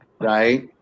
Right